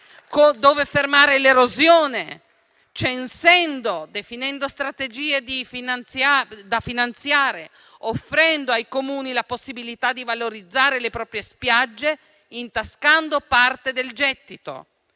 dove fermare l'erosione, censendo, definendo strategie da finanziare, offrendo ai Comuni la possibilità di valorizzare le proprie spiagge e intascando parte del gettito.